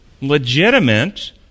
legitimate